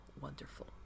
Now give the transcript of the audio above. wonderful